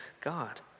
God